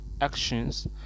actions